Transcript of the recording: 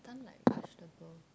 stunned like vegetable